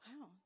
Wow